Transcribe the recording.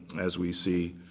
as we see.